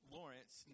Lawrence